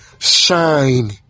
Shine